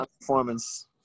performance